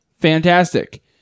fantastic